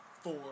four